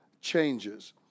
changes